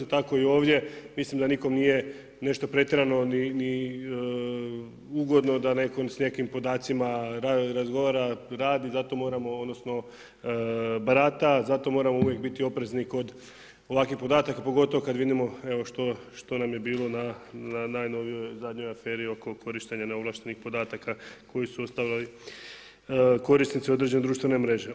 Tako i ovdje mislim da nikome nije nešto pretjerano ni ugodno da netko s nekim podacima razgovara, radi, zato moramo odnosno barata, zato moramo uvijek biti oprezni kod ovakvih podataka pogotovo kada vidimo evo što nam je bilo na najnovijoj zadnjoj aferi oko korištenja neovlaštenih podataka koji su … korisnici određene društvene mreže.